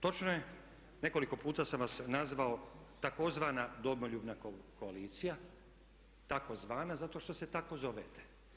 Točno je nekoliko puta sam vas nazvao tzv. Domoljubna koalicija, tako zvana zato što se tako zovete.